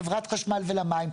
לחברת חשמל ולמים,